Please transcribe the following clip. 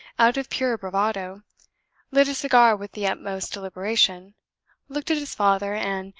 out of pure bravado lit a cigar with the utmost deliberation looked at his father, and,